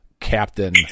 Captain